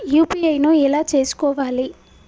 UPI ను ఎలా చేస్కోవాలి?